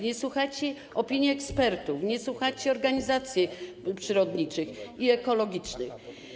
Nie słuchacie opinii ekspertów, nie słuchacie organizacji przyrodniczych i ekologicznych.